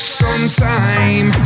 sometime